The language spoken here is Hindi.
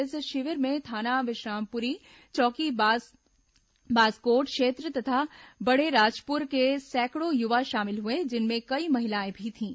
इस शिविर में थाना विश्रामपुरी चौकी बासकोट क्षेत्र और बड़ेराजपुर के सैकड़ों युवा शामिल हुए जिनमें कई महिलाएं भी थीं